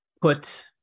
put